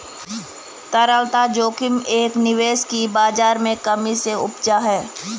तरलता जोखिम एक निवेश की बाज़ार में कमी से उपजा है